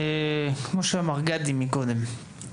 כמו שאמר גדי מקודם,